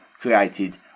created